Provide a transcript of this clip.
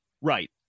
Right